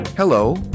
Hello